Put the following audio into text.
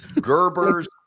Gerber's